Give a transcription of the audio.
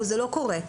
זה לא קורה.